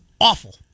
awful